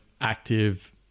active